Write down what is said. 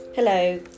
Hello